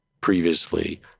previously